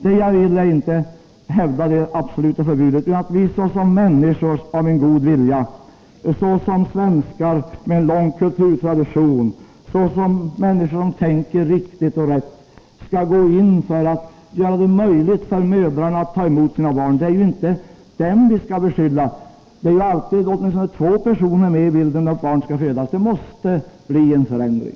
Det jag vill är inte att hävda det absoluta förbudet utan att vi såsom människor av god vilja, såsom svenskar med en lång kulturtradition och såsom människor som tänker riktigt och rätt skall gå in för att göra det möjligt för mödrarna att ta emot sina barn. Det är ju inte dem vi skall beskylla. Det är alltid åtminstone två personer medi bilden när ett barn skall födas. Det måste bli en förändring.